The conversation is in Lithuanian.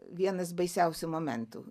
vienas baisiausių momentų